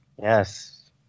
Yes